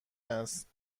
است